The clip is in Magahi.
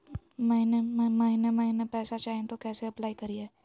महीने महीने पैसा चाही, तो कैसे अप्लाई करिए?